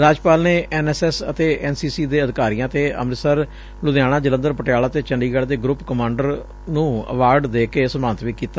ਰਾਜਪਾਲ ਨੇ N S S ਅਤੇ N C C ਦੇ ਅਧਿਕਾਰੀਆ ਅਤੇ ਅੰਮ੍ਰਿਤਸਰ ਲੁਧਿਆਣਾ ਜਲੰਧਰ ਪਟਿਆਲਾ ਅਤੇ ਚੰਡੀਗੜ ਦੇ ਗਰੁੱਪ ਕਮਾਂਡਰ ਨੂੰ ਅਵਾਰਡ ਦੇ ਕੇ ਸਨਮਾਨਿਤ ਵੀ ਕੀਤਾ